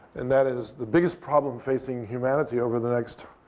and that is the biggest problem facing humanity over the next,